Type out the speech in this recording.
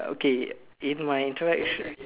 okay in my interaction